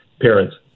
parents